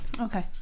Okay